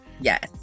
Yes